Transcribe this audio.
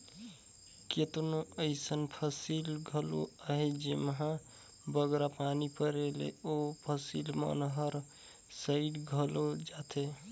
केतनो अइसन फसिल घलो अहें जेम्हां बगरा पानी परे ले ओ फसिल मन हर सइर घलो जाथे